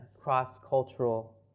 cross-cultural